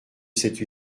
cette